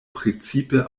precipe